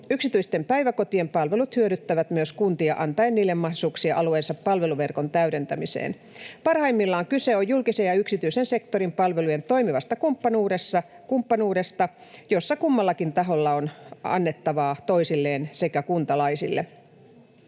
Yksityisten päiväkotien palvelut hyödyttävät myös kuntia antaen niille mahdollisuuksia alueensa palveluverkon täydentämiseen. Parhaimmillaan kyse on julkisen ja yksityisen sektorin palvelujen toimivasta kumppanuudesta, jossa kummallakin taholla on annettavaa toisilleen sekä kuntalaisille.